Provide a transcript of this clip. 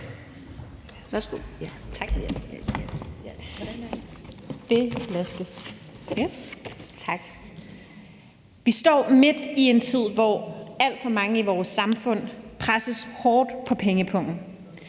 Vi står midt i en tid, hvor alt for mange i vores samfund presses hårdt på pengepungen.